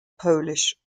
polish